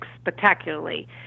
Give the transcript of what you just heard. spectacularly